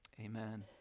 amen